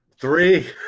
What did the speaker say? Three